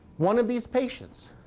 one of these patients?